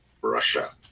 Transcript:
Russia